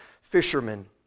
fishermen